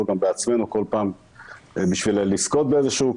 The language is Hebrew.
בעצמנו כל פעם בשביל לזכות באיזה שהוא קורס,